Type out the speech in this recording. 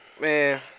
man